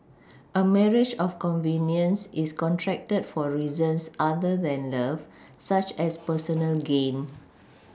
a marriage of convenience is contracted for reasons other than love such as personal gain